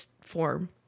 form